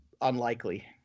unlikely